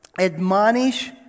admonish